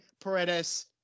Paredes